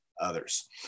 others